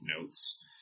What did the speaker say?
notes